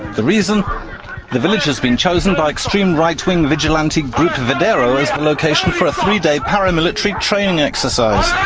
the reason the village has been chosen by extreme right-wing vigilante group vedero as the location for a three-day paramilitary training exercise.